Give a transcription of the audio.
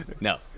no